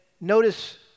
notice